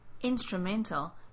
instrumental